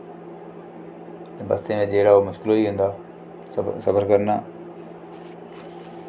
बस्सें बिच जेह्ड़ा ओह् मुश्कल होई जंदा सब्र करना